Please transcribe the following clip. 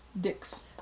Dicks